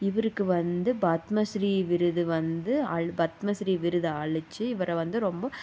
இவருக்கு வந்து பத்மஸ்ரீ விருது வந்து பத்மஸ்ரீ விருத அளித்து இவர் வந்து ரொம்ப